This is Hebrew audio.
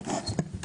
בבקשה.